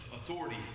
authority